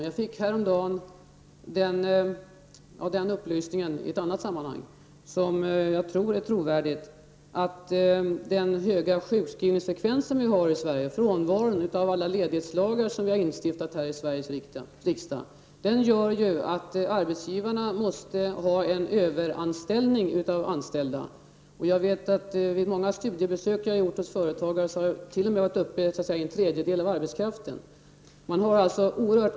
Jag fick häromdagen, i ett sammanhang som jag tror är trovärdigt, en upplysning om att den höga sjukskrivningsfrekvensen vi har här i Sverige, frånvaron som kommer sig av alla ledighetslagar som vi har instiftat här i Sveriges riksdag, gör att arbetsgivarna måste ha en överanställning av personal. Vid många studiebesök som jag har gjort hos företagare har denna överanställning visat sig vara uppe i en tredjedel av arbetskraften.